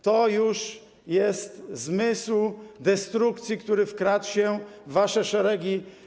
To już jest zmysł destrukcji, który wkradł się w wasze szeregi.